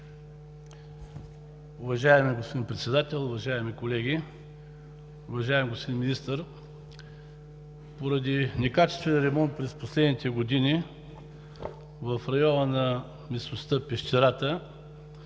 Уважаеми господин Председател, уважаеми колеги! Уважаеми господин Министър, поради некачествен ремонт през последните години в района на местността „Пещерата“